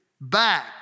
back